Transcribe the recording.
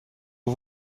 aux